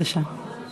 גברתי היושבת-ראש,